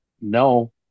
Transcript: no